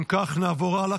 אם כך, נעבור הלאה.